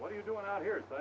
what are you doing out here so